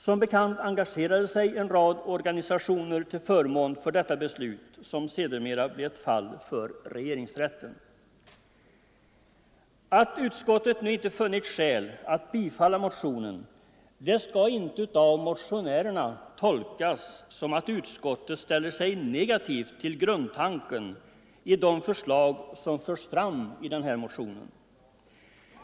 Som bekant engagerade sig en rad I cc ön organisationer till förmån för detta beslut, som sedermera blev ett fall Lagstadgad rätt för för regeringsrätten. församling att Att utskottet nu inte funnit skäl att biträda motionen skall inte av ombesörja begravmotionärerna tolkas som att utskottet ställer sig negativt till grundtanken — ningar i de förslag som förs fram i motionen.